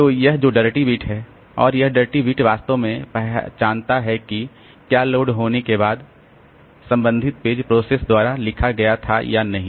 तो यह जो डर्टी बिट है और यह डर्टी बिट वास्तव में पहचानता है कि क्या लोड होने के बाद संबंधित पेज प्रोसेस द्वारा लिखा गया था या नहीं